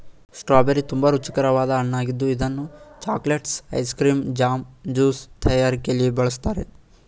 strawberry ತುಂಬಾ ರುಚಿಕರವಾದ ಹಣ್ಣಾಗಿದ್ದು ಇದನ್ನು chocolates, ice cream, jam, juice ತಯಾರಿಕೆಯಲ್ಲಿ ಬಳ್ಸತ್ತರೆ